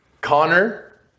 Connor